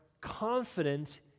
confident